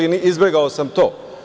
Izbegao sam to.